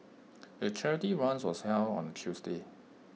the charity run was held on A Tuesday